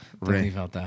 Right